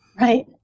Right